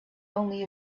only